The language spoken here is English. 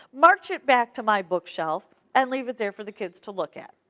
march it back to my bookshelf and leave it there for the kids to look at.